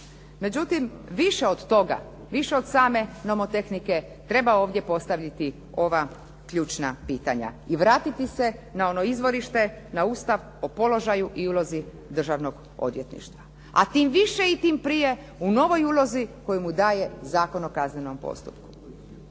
Međutim, više od toga, više od same nomotehnike treba ovdje postaviti ova ključna pitanja i vratiti se na ono izvorište, na Ustav o položaju i ulozi državnog odvjetništva, a tim više i tim prije u novoj ulozi koju mu daje Zakon o kaznenom postupku.